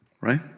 Right